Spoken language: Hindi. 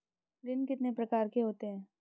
ऋण कितने प्रकार के होते हैं?